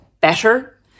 better